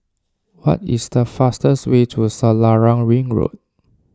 what is the fastest way to Selarang Ring Road